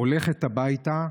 הולכת הביתה.